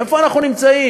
איפה אנחנו נמצאים?